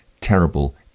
terrible